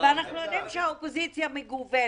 ואנחנו יודעים שהאופוזיציה מגוונת,